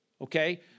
Okay